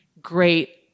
great